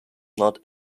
not